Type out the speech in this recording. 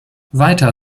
weiter